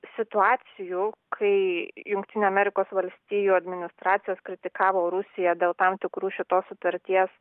situacijų kai jungtinių amerikos valstijų administracijos kritikavo rusiją dėl tam tikrų šitos sutarties